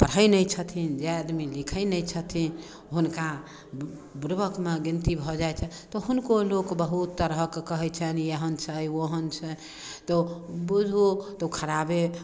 पढ़ै नहि छथिन जे आदमी लिखै नहि छथिन हुनका बुड़बकमे गिनतीमे भऽ जाइ छनि तऽ हुनको लोक बहुत तरहक कहै छैन ई एहेन छै ओहन छै तऽ ओ खराबे